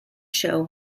show